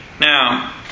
Now